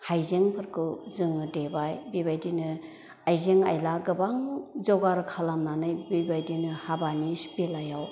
हाइजेंफोरखौ जोङो देबाय बेबायदिनो आयजें आयला गोबां जगार खालामनानै बेबायदिनो हाबानि बेलायाव